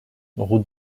route